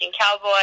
cowboy